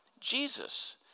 Jesus